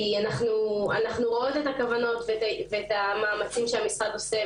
אנחנו רואות את הכוונות ואת המאמצים שהמשרד עושה,